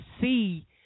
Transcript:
see